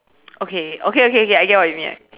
okay okay okay okay I get what you mean